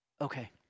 okay